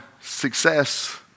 success